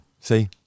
see